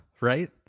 Right